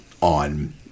on